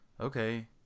Okay